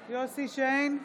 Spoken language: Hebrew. שיין,